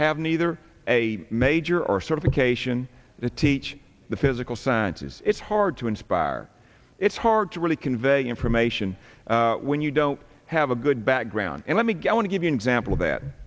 have neither a major or certification the teach the physical sciences it's hard to inspire it's hard to really convey information when you don't have a good background and let me get want to give you an example of that